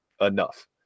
enough